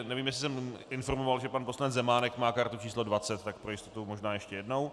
Nevím, jestli jsem informoval, že pan poslanec Zemánek má kartu číslo 20, tak pro jistotu možná ještě jednou.